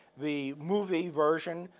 the movie version,